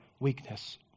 weakness